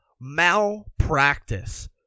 malpractice